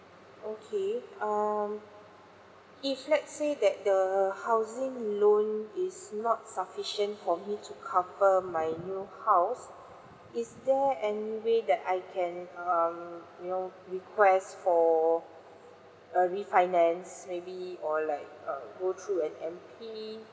okay um if let's say that the housing loan is not sufficient for me to cover my new house is there any way that I can um you know request for a refinance maybe or like uh go through an M_T